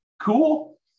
Cool